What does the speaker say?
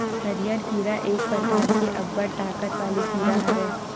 हरियर कीरा एक परकार के अब्बड़ ताकत वाले कीरा हरय